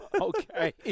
Okay